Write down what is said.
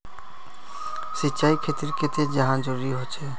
सिंचाईर खेतिर केते चाँह जरुरी होचे?